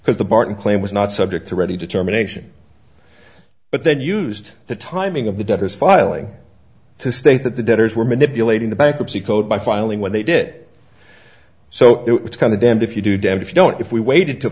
because the barton claim was not subject to ready determination but then used the timing of the debt is filing to state that the debtors were manipulating the bankruptcy code by filing when they did so it's kind of damned if you do damned if you don't if we waited to